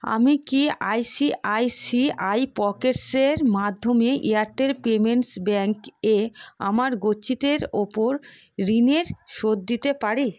আমি কি আইসিআইসিআই পকেটসের মাধ্যমে এয়ারটেল পেমেন্টস ব্যাঙ্ক এ আমার গচ্ছিতের ওপর ঋণের শোধ দিতে পারি